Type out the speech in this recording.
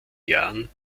jahren